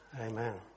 Amen